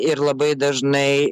ir labai dažnai